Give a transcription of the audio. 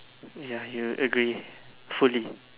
ya you will agree fully